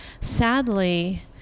Sadly